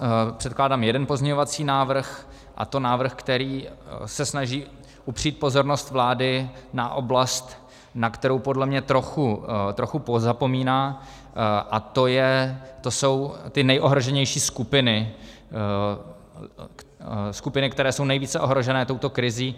Já předkládám jeden pozměňovací návrh, a to návrh, který se snaží upřít pozornost vlády na oblast, na kterou podle mě trochu pozapomíná, a to jsou ty nejohroženější skupiny, skupiny, které jsou nejvíce ohrožené touto krizí.